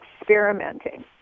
experimenting